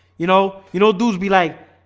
you know, you know dudes be like